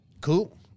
Cool